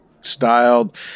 styled